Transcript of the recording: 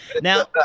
Now